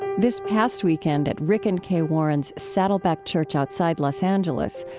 this past weekend at rick and kay warren's saddleback church outside los angeles,